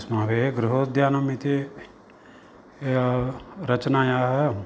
अस्माभिः गृहोद्यानम् इति रचनायाः